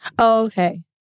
Okay